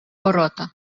ворота